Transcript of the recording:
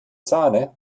sahne